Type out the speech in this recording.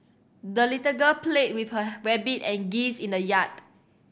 the little girl played with her rabbit and geese in the yard